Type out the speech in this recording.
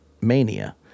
Mania